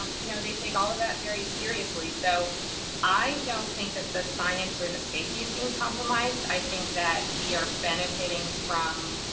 um you know, they take all of that very seriously. so i don't think that the science or the safety is being compromised. i think that we are benefiting from,